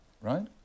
right